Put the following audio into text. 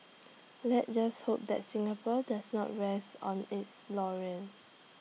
let's just hope that Singapore does not rest on its laurels